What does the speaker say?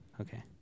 Okay